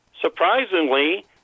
surprisingly